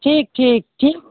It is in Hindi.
ठीक ठीक ठीक